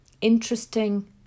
interesting